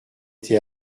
été